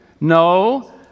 No